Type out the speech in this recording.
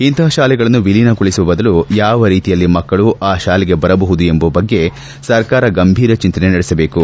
ಇಂತಹ ಶಾಲೆಗಳನ್ನು ವಿಲೀನಗೊಳಿಸುವ ಬದಲು ಯಾವ ರೀತಿಯಲ್ಲಿ ಮಕ್ಕಳು ಆ ಶಾಲೆಗೆ ಬರಬಹುದು ಎಂಬುವ ಬಗ್ಗೆ ಸರ್ಕಾರ ಗಂಭೀರ ಚಿಂತನೆ ನಡೆಸಬೇಕು